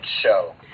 show